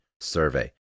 survey